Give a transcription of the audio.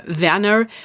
Werner